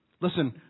Listen